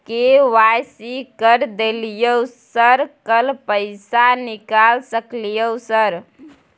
KYC कर दलियै sir कल पैसा निकाल सकलियै सर?